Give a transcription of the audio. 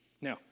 Now